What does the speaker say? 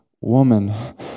woman